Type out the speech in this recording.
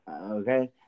Okay